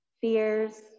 fears